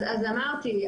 אז אמרתי,